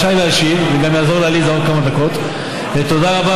רק 16% מילדי כיתות א' עד ט' במחוז דרום